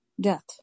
Death